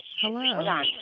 Hello